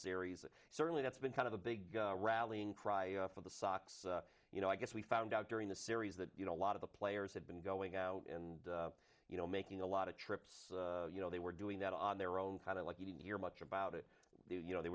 series certainly that's been kind of a big rallying cry for the sox you know i guess we found out during the series that you know a lot of the players had been going out and you know making a lot of trips you know they were doing that on their own kind of like you didn't hear much about it you know they